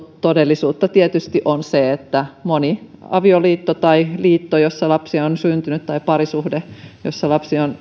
todellisuutta tietysti on se että moni avioliitto tai liitto jossa lapsi on syntynyt tai parisuhde johon